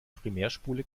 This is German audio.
primärspule